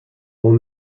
mont